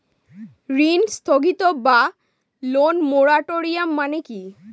ঋণ স্থগিত বা লোন মোরাটোরিয়াম মানে কি?